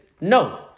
No